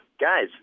Guys